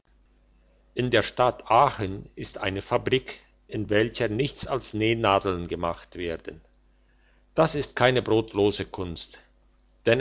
in der stadt aachen ist eine fabrik in welcher nichts als nähnadeln gemacht werden das ist keine brotlose kunst